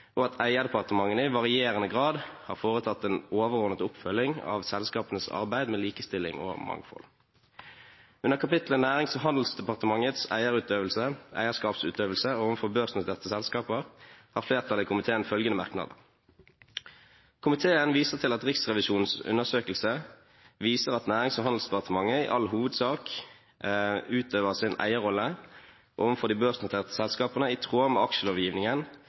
og at eierdepartementene i varierende grad har foretatt en overordnet oppfølging av selskapenes arbeid med likestilling og mangfold.» Under kapitlet Nærings- og handelsdepartementets eierskapsutøvelse overfor børsnoterte selskaper har komiteen følgende merknader: «Komiteen viser til at Riksrevisjonens undersøkelse viser at Nærings- og handelsdepartementet i all hovedsak utøver sin eierrolle overfor de børsnoterte selskapene i tråd med aksjelovgivningen,